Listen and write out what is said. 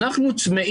אנחנו,